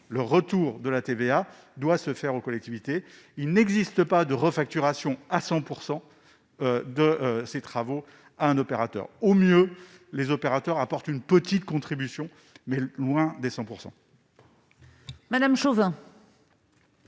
Le retour de TVA doit se faire au bénéfice des collectivités, car il n'existe pas de refacturation à 100 % de ces travaux à un opérateur. Au mieux, les opérateurs apportent une petite contribution, mais on est loin des 100 %.